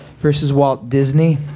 versus walt disney.